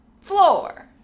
Floor